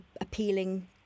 appealing